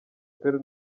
père